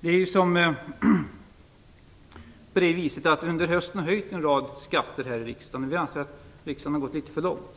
Det har under hösten höjts en rad skatter, men vi anser att riksdagen har gått litet för långt.